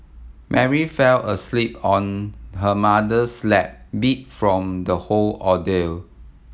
Mary fell asleep on her mother's lap beat from the whole ordeal